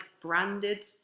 branded